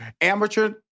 amateur